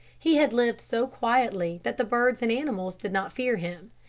he had lived so quietly that the birds and animals did not fear him.